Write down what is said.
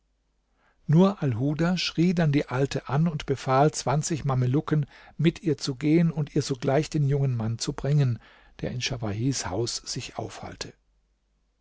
nur alhuda schrie dann die alte an und befahl zwanzig mamelucken mit ihr zu gehen und ihr sogleich den jungen mann zu bringen der in schawahis hause sich aufhalte